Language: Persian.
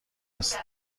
است